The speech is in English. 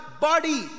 body